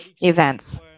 events